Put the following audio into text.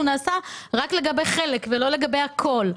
הוא נעשה רק לגבי חלק ולא לגבי הכול.